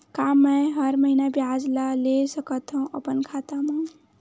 का मैं हर महीना ब्याज ला ले सकथव अपन खाता मा?